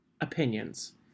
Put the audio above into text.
opinions